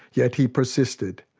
yet he persisted.